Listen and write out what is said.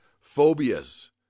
Phobias